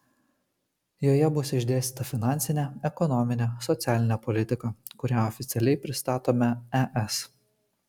joje bus išdėstyta finansinė ekonominė socialinė politika kurią oficialiai pristatome es